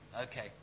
Okay